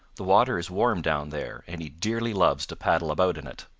the water is warm down there, and he dearly loves to paddle about in it.